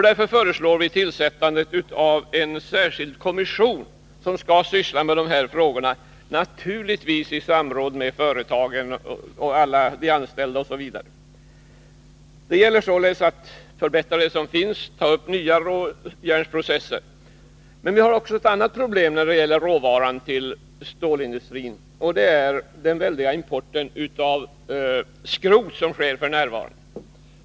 Därför föreslår vi tillsättande av en särskild kommission som skall syssla med de här frågorna, naturligtvis i samråd med företagen, med de anställda, osv. Det gäller således att förbättra det som finns och ta upp nya råjärnsprocesser. Men vi har också ett annat problem när det gäller råvaran till stålindustrin, och det är den väldiga import av skrot som sker f. n.